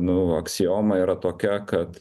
nu aksioma yra tokia kad